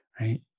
right